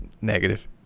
Negative